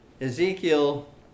Ezekiel